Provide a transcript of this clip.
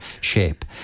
shape